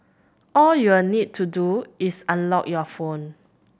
all you'll need to do is unlock your phone